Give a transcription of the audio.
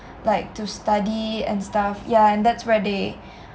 like to study and stuff ya and that's when they